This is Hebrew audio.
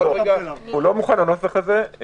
הוא לא מוכן לנוסח הזה.